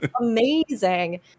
amazing